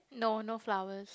no no flowers